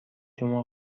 شما